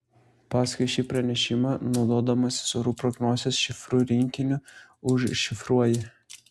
paskui šį pranešimą naudodamasis orų prognozės šifrų rinkiniu užšifruoji